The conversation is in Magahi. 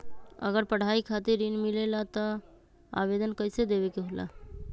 अगर पढ़ाई खातीर ऋण मिले ला त आवेदन कईसे देवे के होला?